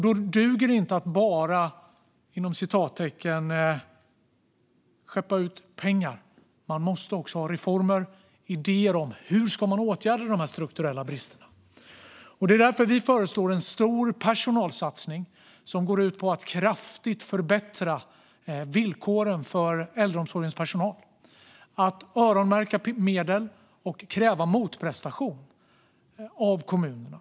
Då duger det inte att, så att säga, bara skeppa ut pengar, utan man måste också ha reformer och idéer om hur man ska åtgärda de strukturella bristerna. Det är därför vi föreslår en stor personalsatsning som går ut på att kraftigt förbättra villkoren för äldreomsorgens personal. Vi behöver öronmärka medel och kräva motprestation av kommunerna.